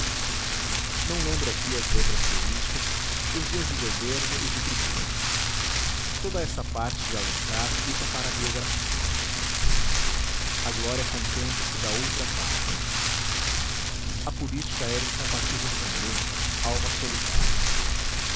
não lembro aqui as letras políticas os dias de governo e de tribuna toda essa parte de alencar fica para a biografia a glória contenta-se da outra parte a política era incompatível com ele alma solitária